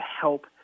help